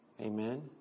Amen